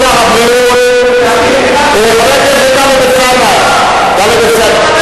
כבוד שר הבריאות, אני אדבר נגד המואזין שלו,